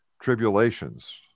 tribulations